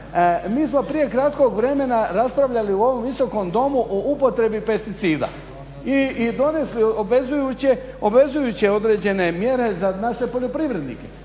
mi smo prije kratkog vremena raspravljali u ovom Visokom domu o upotrebi pesticida i donesli obvezujuće određene mjere za naše poljoprivrednike